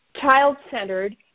child-centered